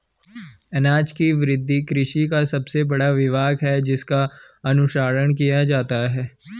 अनाज की वृद्धि कृषि का सबसे बड़ा विभाग है जिसका अनुसरण किया जाता है